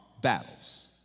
battles